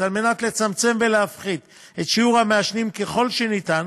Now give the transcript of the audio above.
על מנת לצמצם ולהפחית את שיעור המעשנים ככל שניתן,